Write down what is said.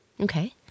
Okay